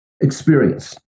experience